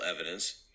evidence